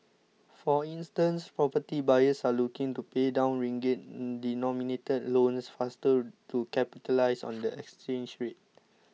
for instance property buyers are looking to pay down ringgit denominated loans faster to capitalise on the exchange rate